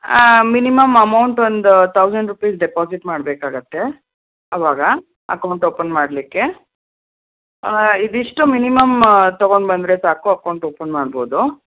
minimum amount ಒಂದು thousand rupees deposit ಮಾಡಬೇಕಾಗತ್ತೆ ಆವಾಗ ಅಕೌಂಟ್ ಓಪನ್ ಮಾಡಲಿಕ್ಕೆ ಇದಿಷ್ಟು ಮಿನಿಮಮ್ ತೊಗೊಂಡು ಬಂದರೆ ಸಾಕು ಅಕೌಂಟ್ ಓಪನ್ ಮಾಡ್ಬೋದು